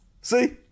see